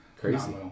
Crazy